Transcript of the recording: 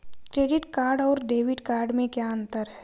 Credit card और debit card में क्या अंतर है?